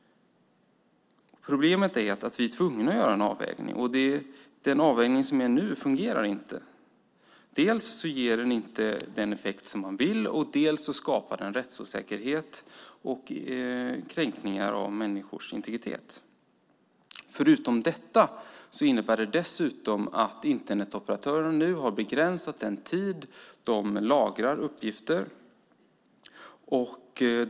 Problemet är att vi är tvungna att göra en avvägning. Den avvägning som finns nu fungerar inte. Dels ger den inte den effekt man vill ha, dels skapar den rättsosäkerhet och kränker människors integritet. Förutom detta innebär den dessutom att Internetoperatören begränsar den tid uppgifter lagras.